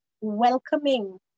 welcoming